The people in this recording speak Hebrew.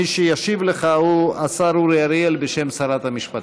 מי שישיב לך הוא השר אורי אריאל, בשם שרת המשפטים.